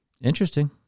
Interesting